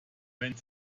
wenn